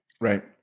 Right